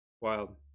wild